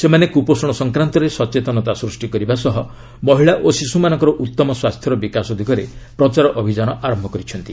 ସେମାନେ କୁପୋଷଣ ସଂକ୍ରାନ୍ତରେ ସଚେତନତା ସୃଷ୍ଟି କରିବା ସହ ମହିଳା ଓ ଶିଶୁମାନଙ୍କର ଉତ୍ତମ ସ୍ୱାସ୍ଥ୍ୟର ବିକାଶ ଦିଗରେ ପ୍ରଚାର ଅଭିଯାନ ଆରମ୍ଭ କରିଛନ୍ତି